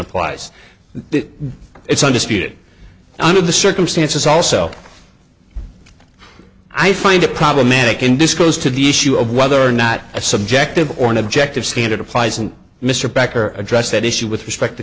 applies it's undisputed under the circumstances also i find it problematic and disclosed to the issue of whether or not a subjective or objective standard applies and mr becker addressed that issue with respect to